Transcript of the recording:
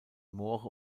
moore